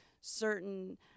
certain